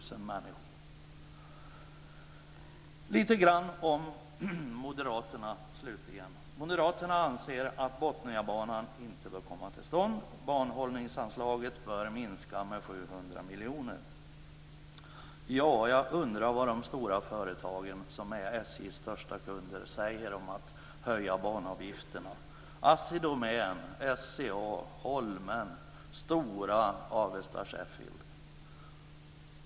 Slutligen lite grann om moderaterna. Moderaterna anser att Botniabanan inte bör komma till stånd. Banhållningsanslaget bör minska med 700 miljoner. Jag undrar vad de stora företagen som är SJ:s största kunder säger om en höjning av banavgifterna. Det gäller Assi Domän, SCA, Holmen, Stora och Avesta Sheffild.